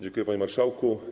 Dziękuję, panie marszałku.